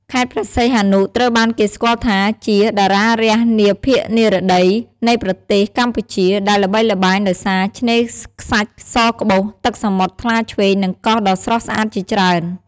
ខេត្តព្រះសីហនុ ត្រូវបានគេស្គាល់ថាជា "តារារះនាភាគនិរតី" នៃប្រទេសកម្ពុជា ដែលល្បីល្បាញដោយសារឆ្នេរខ្សាច់សក្បុស ទឹកសមុទ្រថ្លាឈ្វេង និងកោះដ៏ស្រស់ស្អាតជាច្រើន។